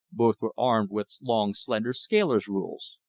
both were armed with long slender scaler's rules.